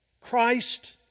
Christ